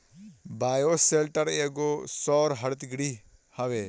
bioshelter एगो सौर हरितगृह हवे